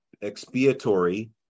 expiatory